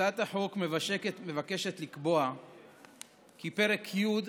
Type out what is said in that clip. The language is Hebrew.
הצעת החוק מבקשת לקבוע כי פרק י'